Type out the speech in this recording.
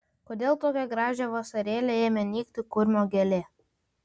kodėl tokią gražią vasarėlę ėmė nykti kurmio gėlė